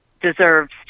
deserves